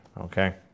Okay